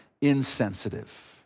insensitive